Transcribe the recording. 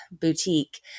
boutique